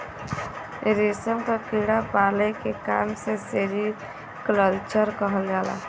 रेशम क कीड़ा पाले के काम के सेरीकल्चर कहल जाला